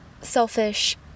selfish